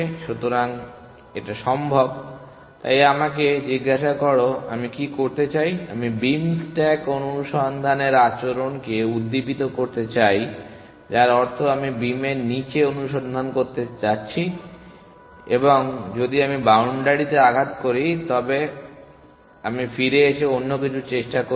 সুতরাং এটা সম্ভব তাই আমাকে জিজ্ঞাসা করো আমি কি করতে চাই আমি বীম স্ট্যাক অনুসন্ধানের আচরণকে উদ্দীপিত করতে চাই যার অর্থ আমি বিমের নিচে অনুসন্ধান করতে যাচ্ছি এবং যদি আমি বাউন্ডারিতে আঘাত করি তবে আমি ফিরে এসে অন্য কিছু চেষ্টা করব